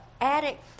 attic